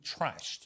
trashed